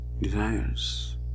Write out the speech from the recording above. desires